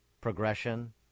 progression